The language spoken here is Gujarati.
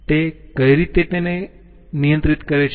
તે કઈ રીતે તેને કરે નિયંત્રિત કરે છે